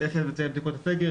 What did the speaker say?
איך לבצע בדיקות סקר,